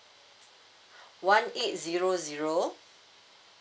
one eight zero zero